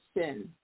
sin